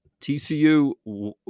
TCU